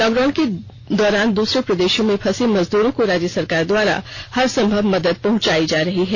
lockdown के दौरान दूसरे प्रदेषों में फंसे मजदूरों को राज्य सरकार द्वारा हर संभव मदद पहुंचायी जा रही है